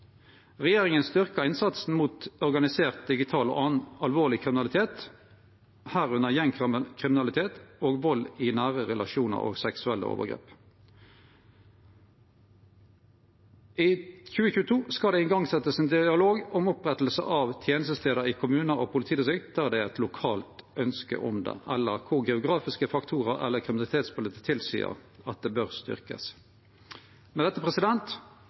Regjeringa styrkjer innsatsen mot organisert digital kriminalitet og annan alvorleg kriminalitet, bl.a. gjengkriminalitet, vald i nære relasjonar og seksuelle overgrep. I 2022 skal ein setje i gang ein dialog om oppretting av tenestestader i kommunar og politidistrikt der det er eit lokalt ønske om det eller der geografiske faktorar eller kriminalitetsbildet tilseier at dei bør verte styrkte. Med dette